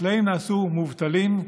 החקלאים נעשו מובטלים,